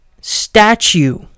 statue